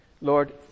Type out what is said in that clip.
Lord